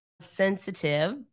sensitive